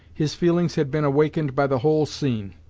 his feelings had been awakened by the whole scene,